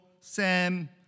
Sam